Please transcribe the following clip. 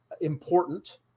important